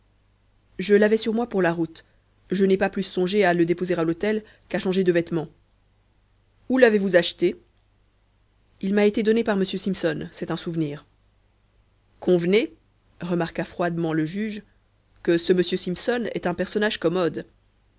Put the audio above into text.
je l'avais sur moi pour la route je n'ai pas plus songé à le déposer à l'hôtel qu'à changer de vêtements où l'avez-vous acheté il m'a été donné par m simpson c'est un souvenir convenez remarqua froidement le juge que ce m simpson est un personnage commode